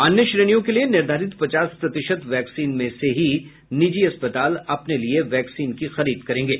अन्य श्रेणियों के लिए निर्धारित पचास प्रतिशत वैक्सीन में से ही निजी अस्पताल अपने लिए वैक्सीन की खरीद करेंगे